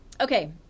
Okay